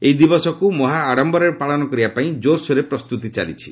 ଏହି ଦିବସକୁ ମହା ଆଡମ୍ଭରରେ ପାଳନ କରିବାପାଇଁ ଜୋର୍ସୋର୍ରେ ପ୍ରସ୍ତୁତି ଚାଲିଛି